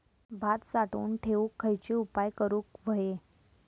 भात साठवून ठेवूक खयचे उपाय करूक व्हये?